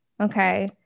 Okay